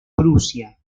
prusia